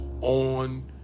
on